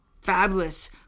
fabulous